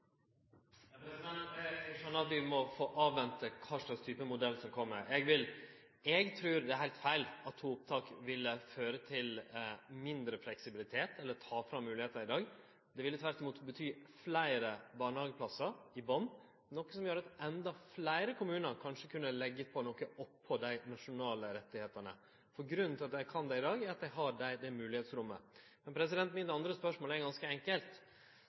at vi må vente på kva slags modell som kjem. Eg trur det er heilt feil at to opptak vil føre til mindre fleksibilitet eller ta bort moglegheiter som er der i dag. Det ville tvert imot bety fleire barnehageplassar i botnen, noko som ville gjere at endå fleire kommunar kanskje kunne leggje noko til dei nasjonale rettane. Grunnen til at dei kan det i dag, er at dei har det moglegheitsrommet. Mitt andre spørsmål er ganske enkelt,